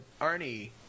Arnie